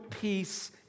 peace